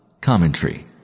Commentary